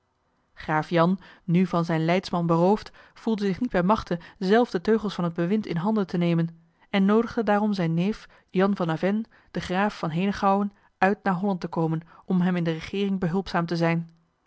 graaf jan nu van zijn leidsman beroofd voelde zich niet bij machte zelf de teugels van het bewind in handen te nemen en noodigde daarom zijn neef jan van avennes den graaf van henegouwen uit naar holland te komen om hem in de regeering behulpzaam te zijn